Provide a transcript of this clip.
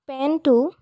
পেন্টটো